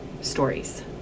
stories